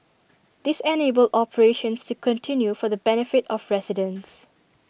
this enabled operations to continue for the benefit of residents